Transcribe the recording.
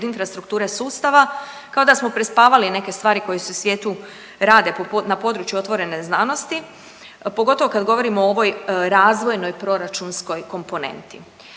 infrastrukture sustava kao da smo prespavali neke stvari koje se u svijetu rade na području otvorene znanosti, pogotovo kad govorimo o ovoj razvojnoj proračunskoj komponenti.